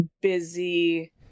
busy